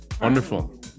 Wonderful